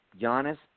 Giannis